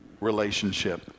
relationship